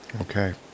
Okay